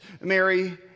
Mary